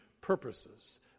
purposes